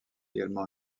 également